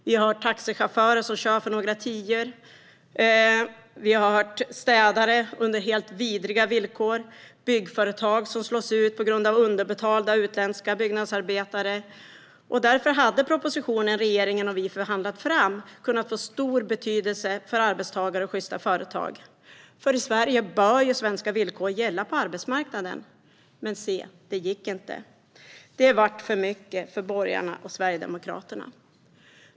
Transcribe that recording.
Vi har hört om taxichaufförer som kör för några tior, om städare som arbetar under helt vidriga villkor och om byggföretag som slås ut på grund av att de inte kan konkurrera med företag som anlitar underbetalda utländska byggnadsarbetare. Propositionen som vi och regeringen hade förhandlat fram hade kunnat få stor betydelse för arbetstagare och sjysta företag. I Sverige bör ju svenska villkor gälla på arbetsmarknaden. Men se, det gick inte. Det blev för mycket för borgarna och Sverigedemokraterna.